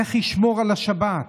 איך ישמור על השבת?